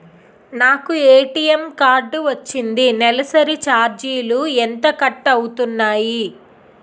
నాకు ATM card వచ్చింది నెలసరి ఛార్జీలు ఎంత కట్ అవ్తున్నాయి?